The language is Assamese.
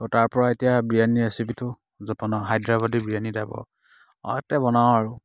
তো তাৰ পৰা এতিয়া বিৰিয়ানি ৰেচিপিটো য'ত বনাওঁ হায়দৰাবাদী বিৰিয়ানি টাইপৰ অঁ বনাওঁ আৰু